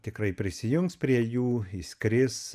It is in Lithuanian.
tikrai prisijungs prie jų išskris